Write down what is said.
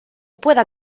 pueda